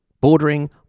bordering